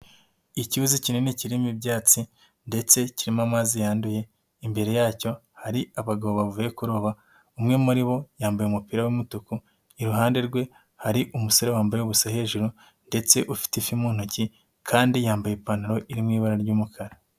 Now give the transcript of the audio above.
Icyuzi kinini kirimo ibyatsi ndetse kirimo amazi yanduye, imbere yacyo hari abagabo bavuye kuroba, umwe muri bo yambaye umupira w'umutuku, iruhande rwe hari umusore wambaye ubusa hejuru ndetse ufite ifi mu ntoki kandi yambaye ipantaro iri mu ibara ry'umukara.